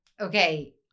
okay